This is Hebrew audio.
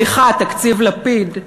סליחה, תקציב לפיד,